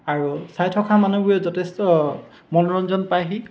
আৰু চাই থকা মানুহবোৰে যথেষ্ট মনোৰঞ্জন পায়হি